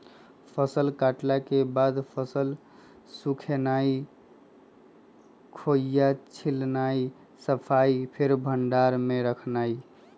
फसल कटला के बाद फसल सुखेनाई, खोइया छिलनाइ, सफाइ, फेर भण्डार में रखनाइ